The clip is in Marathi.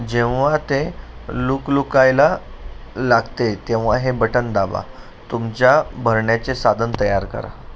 जेव्हा ते लुकलुकायला लागते तेव्हा हे बटन दाबा तुमच्या भरण्याचे साधन तयार करा